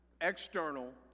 external